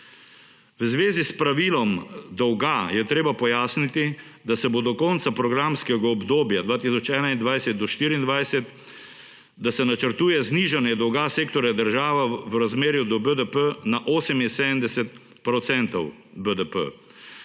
V zvezi s pravilom dolga je treba pojasniti, da se do konca programskega obdobja 2021–2024 načrtuje znižanje dolga sektorja država v razmerju do BDP na 78 % BDP.